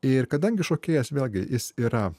ir kadangi šokėjas vėlgi jis yra